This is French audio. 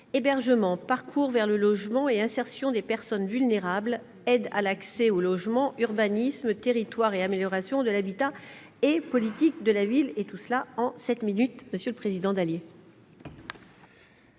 hébergement parcours vers le logement et insertion des personnes vulnérables, aide à l'accès au logement Urbanisme territoires et amélioration de l'habitat et politique de la ville, et tout cela en 7 minutes, monsieur le Président d'Alliés.